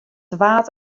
waard